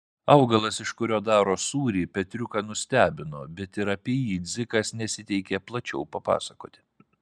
augalas iš kurio daro sūrį petriuką nustebino bet ir apie jį dzikas nesiteikė plačiau papasakoti